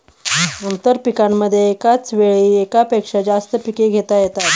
आंतरपीकांमध्ये एकाच वेळी एकापेक्षा जास्त पिके घेता येतात